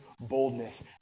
boldness